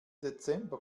dezember